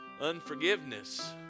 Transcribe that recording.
unforgiveness